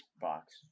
box